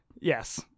Yes